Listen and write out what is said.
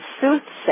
soothsayer